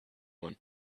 one